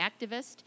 activist